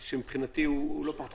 שמבחינתי הוא לא פחות חשוב,